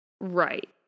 Right